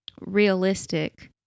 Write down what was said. realistic